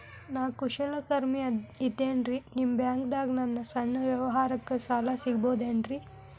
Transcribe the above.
ನಾ ಕುಶಲಕರ್ಮಿ ಇದ್ದೇನ್ರಿ ನಿಮ್ಮ ಬ್ಯಾಂಕ್ ದಾಗ ನನ್ನ ಸಣ್ಣ ವ್ಯವಹಾರಕ್ಕ ಸಾಲ ಸಿಗಬಹುದೇನ್ರಿ?